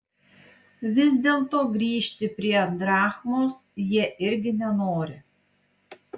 vis dėlto grįžti prie drachmos jie irgi nenori